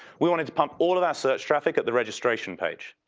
we wanted to pump all of our search traffic at the registration page.